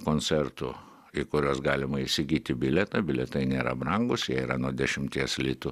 koncertų į kuriuos galima įsigyti bilietą bilietai nėra brangūs jie yra nuo dešimties litų